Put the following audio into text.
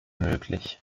möglich